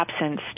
absence